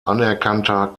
anerkannter